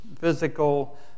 physical